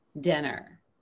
dinner